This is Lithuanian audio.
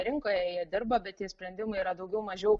rinkoje jie dirba bet tie sprendimai yra daugiau mažiau